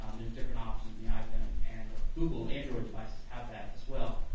um there's different options on the iphone, and google, android devices, have that as well.